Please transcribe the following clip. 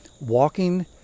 walking